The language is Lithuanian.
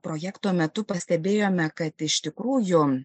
projekto metu pastebėjome kad iš tikrųjų